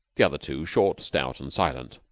the other two short, stout, and silent.